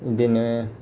बिदिनो